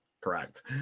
Correct